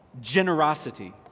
generosity